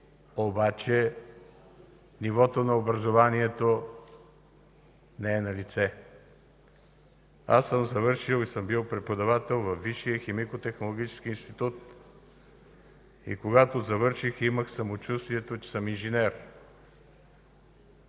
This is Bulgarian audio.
обаче нивото на образованието не е налице. Аз съм завършил и съм бил преподавател във Висшия химико-технологически институт. Когато завърших, имах самочувствието, че съм инженер.